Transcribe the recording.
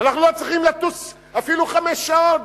אנחנו לא צריכים לטוס אפילו חמש שעות,